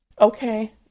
okay